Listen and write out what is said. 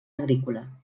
agrícola